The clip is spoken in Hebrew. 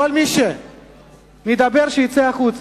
כל מי שמדבר, שיצא החוצה.